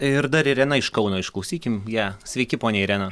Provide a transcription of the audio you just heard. ir dar irena iš kauno išklausykim ją sveiki ponia irena